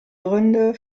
gründe